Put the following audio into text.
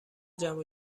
جمع